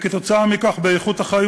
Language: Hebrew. וכתוצאה מכך באיכות החיים